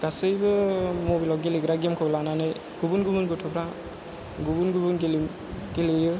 गासैबो मबाइलाव गेलेग्रा गेमखौ लानानै गुबुन गुबुन गथ'फ्रा गुबुन गुबुन गेलेयो